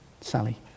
Sally